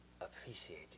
appreciate